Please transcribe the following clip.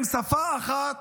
עם שפה אחת,